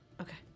Okay